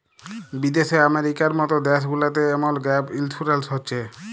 বিদ্যাশে আমেরিকার মত দ্যাশ গুলাতে এমল গ্যাপ ইলসুরেলস হছে